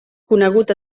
conegut